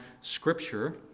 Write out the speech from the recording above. scripture